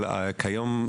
אבל כיום,